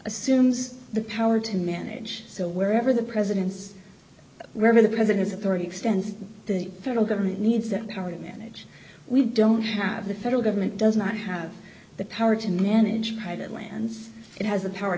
assumes the power to manage so wherever the president's realm of the president's authority extends the federal government needs that power to manage we don't have the federal government does not have the power to manage private lands it has the power